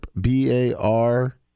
B-A-R